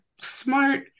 smart